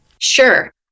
Sure